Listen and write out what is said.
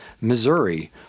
Missouri